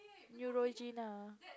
Neutrogena